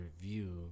review